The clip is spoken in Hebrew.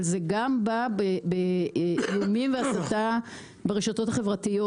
אבל זה גם בא באיומים והסתה ברשתות החברתיות.